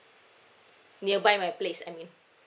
nearby my place I mean